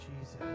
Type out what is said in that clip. Jesus